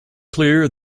clear